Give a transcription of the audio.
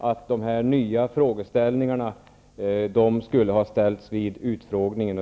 Herr talman! Jag upprepar att dessa nya frågor skulle ha ställts vid utfrågningen.